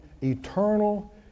eternal